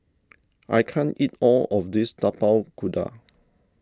I can't eat all of this Tapak Kuda